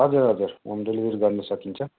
हजुर हजुर home delivery गर्न सकिन्छ